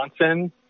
Johnson